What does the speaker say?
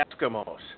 Eskimos